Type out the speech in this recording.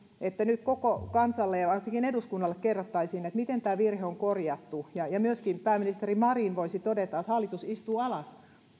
että nyt koko kansalle ja varsinkin eduskunnalle kerrottaisiin miten tämä virhe on korjattu ja ja myöskin pääministeri marin voisi todeta että hallitus istuu alas